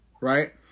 right